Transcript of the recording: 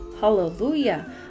Hallelujah